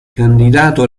candidato